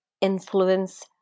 influence